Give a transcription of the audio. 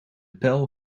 pijl